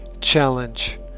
Challenge